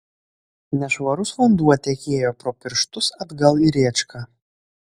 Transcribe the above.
nešvarus vanduo tekėjo pro pirštus atgal į rėčką